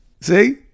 See